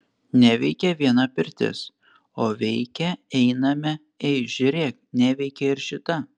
neveikia viena pirtis o veikia einame ei žiūrėk neveikia ir šita